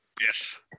Yes